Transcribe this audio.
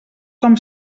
com